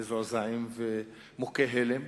מזועזעים ומוכי הלם.